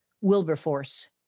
Wilberforce